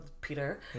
Peter